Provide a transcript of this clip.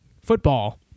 football